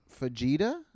Vegeta